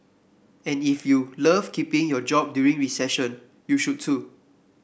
and if you love keeping your job during recession you should too